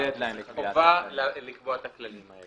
חובה לקבוע את הכללים האלה.